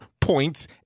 points